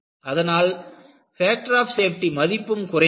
அதனால் factor of safety மதிப்பும் குறைந்தது